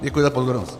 Děkuji za pozornost.